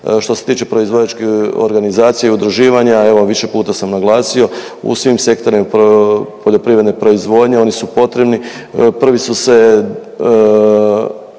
Što se tiče proizvođačkih organizacija i udruživanja, evo više puta sam naglasio, u svim sektorima poljoprivredne proizvodnje oni su potrebni, prvi su se